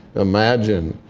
imagine.